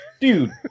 dude